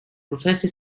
prophecy